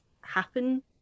happen